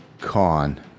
con